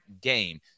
game